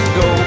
go